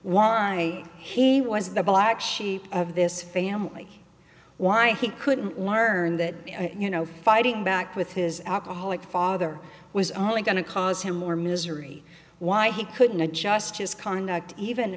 i he was the black sheep of this family why he couldn't learn that you know fighting back with his alcoholic father was only going to cause him more misery why he couldn't adjust his conduct even